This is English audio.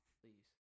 please